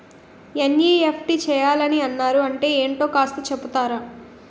NEFT చేయాలని అన్నారు అంటే ఏంటో కాస్త చెపుతారా?